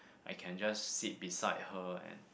I can just sit beside her and